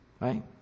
Right